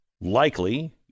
likely